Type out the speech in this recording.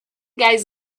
guys